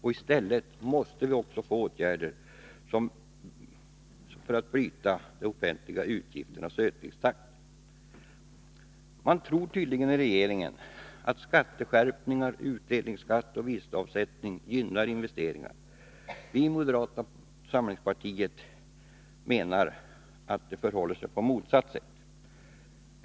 I stället måste åtgärder vidtas för att bryta de offentliga utgifternas ökningstakt. Regeringen tycks fortfarande tro att skatteskärpningar, utdelningskatt och vinstavsättning gynnar investeringarna. Vi i moderata samlingspartiet menar att det förhåller sig på motsatt sätt.